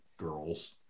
Girls